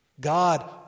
God